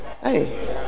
Hey